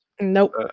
Nope